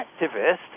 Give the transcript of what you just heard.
activist